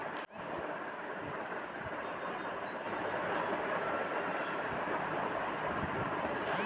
मिट्टी मे अगर दीमक छै ते कोंन दवाई डाले ले परतय?